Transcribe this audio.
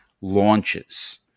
launches